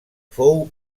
fou